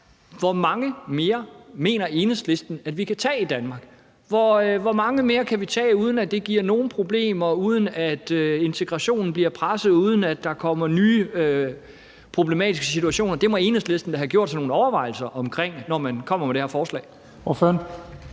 hvor mange flere mener Enhedslisten så at vi kan tage i Danmark? Hvor mange flere kan vi tage, uden at det giver nogen problemer, uden at integrationen bliver presset, og uden at der kommer nye problematiske situationer? Det må Enhedslisten da have gjort sig nogle overvejelser om, når man kommer med det her forslag.